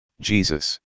Jesus